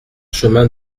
chemin